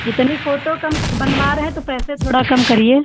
इतनी फ़ोटो कम बनवा रहे तो पैसे थोड़ा कम करिए